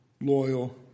loyal